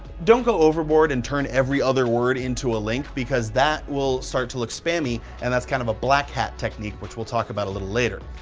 don't go overboard and turn every other word into a link because that will start to look spammy, and that's kind of a black hat technique, which we'll talk about a little later.